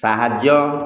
ସାହାଯ୍ୟ